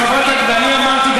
אני אמרתי,